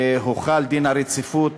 והוחל עליו דין הרציפות